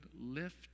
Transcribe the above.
lift